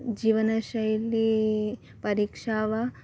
जीवनशैली परीक्षा वा